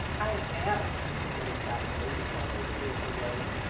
i am, said betty savagely, recounting a few of her woes.